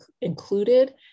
included